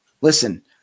listen